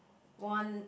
one